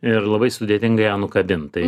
ir labai sudėtinga ją nukabint tai